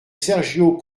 sergio